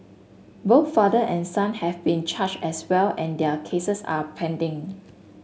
both father and son have been charged as well and their cases are pending